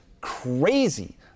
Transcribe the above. crazy